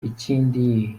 ikindi